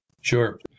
Sure